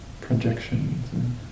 projections